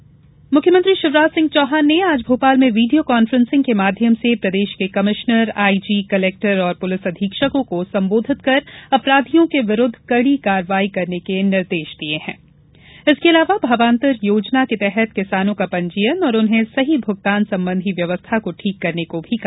CM action मुख्यमंत्री शिवराज सिंह चौहान ने आज भोपाल में वीडियो कॉन्फ्रेंसिंग के माध्यम से प्रदेश के कभिश्नर आईजी कलेक्टर और पुलिस अधीक्षकों को संबोधित कर अपराधियों के विरुद्ध कड़ी कार्रवाई करने के निर्देश दिए है इसके अलावा भावान्तर योजना के तहत किसानो का पंजीयन और उन्हें सही भुगतान सम्बन्धी व्यवस्था को ठीक करने को कहा